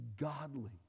godly